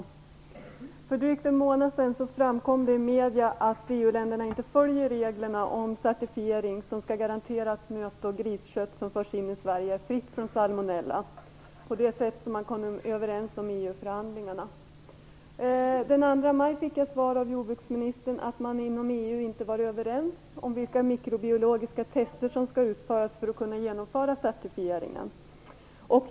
Det framkom för drygt en månad sedan i medierna att EU-länderna inte följer reglerna om certifiering, som skall garantera att nöt och griskött som förs in i Sverige är fritt från salmonella, på det sätt som man kom överens om i Jag fick den 2 maj i ett svar från jordbruksministern besked om att man inom EU inte var överens om vilka mikrobiologiska tester som skall utföras för att certifieringen skall kunna genomföras.